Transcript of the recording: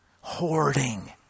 hoarding